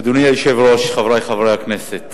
אדוני היושב-ראש, חברי חברי הכנסת,